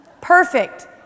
perfect